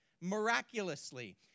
miraculously